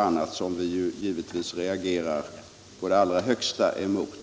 annat ofog, som vi givetvis rea gerar mycket kraftigt emot.